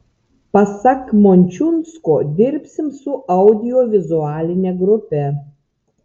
pasak mončiunsko dirbsim su audiovizualine grupe